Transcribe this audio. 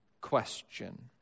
question